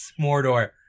Mordor